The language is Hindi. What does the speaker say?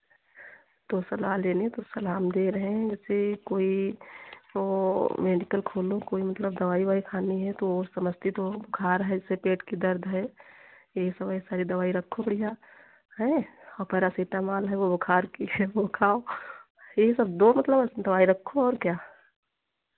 तो सलाह लेने तो सलाह हम दे रहे हैं जैसे कोई वो मेडिकल खोलो कोई मतलब दवाई उवाई खानी है तो समस्ती तो बुखार है जैसे पेट की दर्द है ये सब है दवाई रखो बढ़ियाँ और पारासीटामॉल है वो बुखार की है वो खाओ यही सब दो मतलब दवाई रखो और क्या